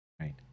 right